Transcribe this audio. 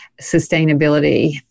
sustainability